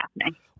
happening